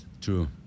True